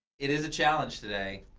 it is a challenge today.